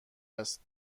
است